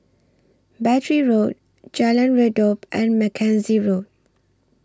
Battery Road Jalan Redop and Mackenzie Road